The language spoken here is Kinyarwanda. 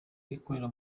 ikorera